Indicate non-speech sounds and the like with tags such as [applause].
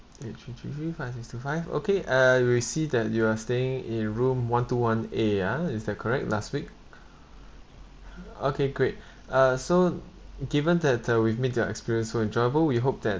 eight three three three five six two five okay uh we see that you are staying in room one two one A ah is that correct last week [breath] okay great [breath] uh so given that uh we've made your experience so enjoyable we hope that